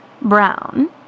brown